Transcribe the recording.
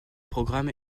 programme